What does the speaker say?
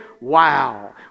Wow